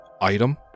item